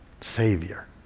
Savior